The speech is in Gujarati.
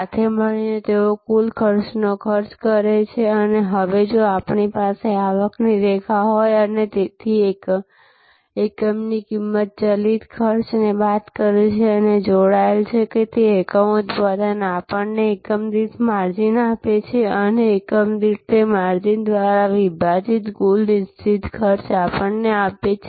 સાથે મળીને તેઓ કુલ ખર્ચનો ખર્ચ કરે છે હવે જો આપણી પાસે આવકની રેખા હોય અને તેથી એકમની કિંમત ચલિત ખર્ચને બાદ કરે છે જે જોડાયેલ છે કે એકમ ઉત્પાદન આપણને એકમ દીઠ માર્જિન આપે છે અને એકમ દીઠ તે માર્જિન દ્વારા વિભાજિત કુલ નિશ્ચિત ખર્ચ આપણને આપે છે